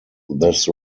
this